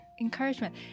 encouragement